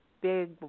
big